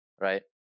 right